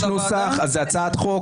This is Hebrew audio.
יש נוסח, אז זה הצעת חוק?